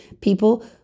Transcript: people